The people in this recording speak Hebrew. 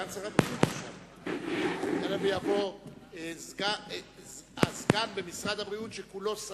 יעלה ויבוא הסגן במשרד הבריאות, שכולו שר,